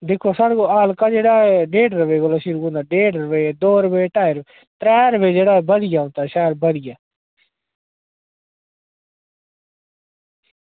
दिक्खो साढ़े हल्का जेह्ड़ा डेढ़ रपेऽ कोला शुरू होंदा डेढ़ रपेऽ दौ रपेऽ ढाई रपेऽ त्रैऽ रपेऽ जेह्ड़ा शैल बधिया आंदा